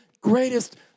greatest